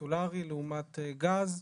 הסולארי לעומת גז,